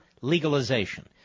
legalization